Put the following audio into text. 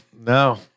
No